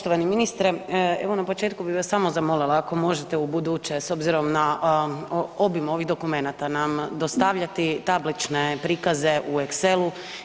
Poštovani ministre, evo na početku bi vas samo zamolila ako možete ubuduće s obzirom na obim ovih dokumenata nam dostavljati tablične prikaze u Excelu.